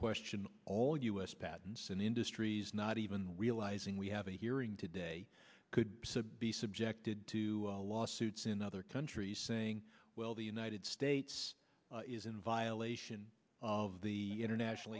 question all us patents and industries not even realizing we have a hearing today could be subjected to lawsuits in other countries saying well the united states is in violation of the international